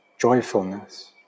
joyfulness